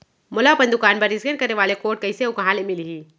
मोला अपन दुकान बर इसकेन करे वाले कोड कइसे अऊ कहाँ ले मिलही?